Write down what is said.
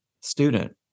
student